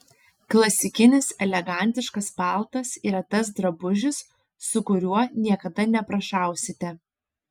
klasikinis elegantiškas paltas yra tas drabužis su kuriuo niekada neprašausite